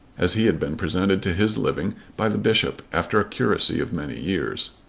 as he had been presented to his living by the bishop after a curacy of many years.